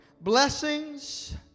blessings